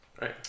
Right